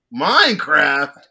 Minecraft